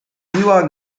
bawiła